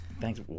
Thanks